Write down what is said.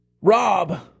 Rob